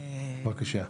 בבקשה.